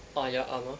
ah ya amma